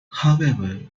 however